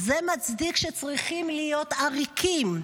זה מצדיק שצריכים להיות עריקים,